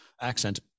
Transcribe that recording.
accent